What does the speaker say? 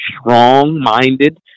strong-minded